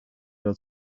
dat